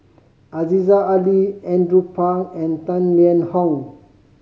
Aziza Ali Andrew Phang and Tang Liang Hong